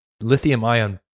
lithium-ion